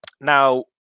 Now